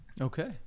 Okay